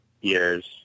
years